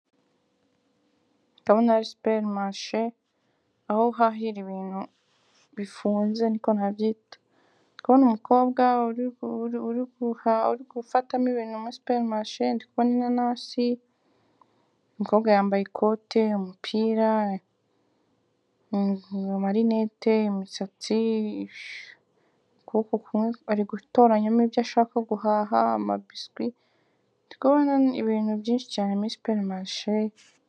Ndabona superi marishe aho bahahira ibintu bifunze ariko kubona umukobwa uri gufatamo ibintu muri superi marishe nk'inanasi, yambaye ikote n'umupira, amarinete, imisatsi, ari gutoraranya ibyo ashaka guhaha nk'amabishwi ni ibintu byinshi cyane muri superi marishe.